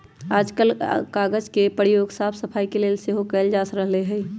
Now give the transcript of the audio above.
याजकाल कागज के प्रयोग साफ सफाई के लेल सेहो कएल जा रहल हइ